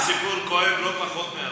זה סיפור כואב לא פחות מהאמוניה.